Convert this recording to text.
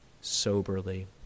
soberly